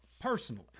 Personally